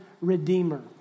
redeemer